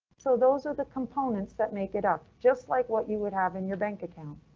so those are the components that make it up, just like what you would have in your bank account.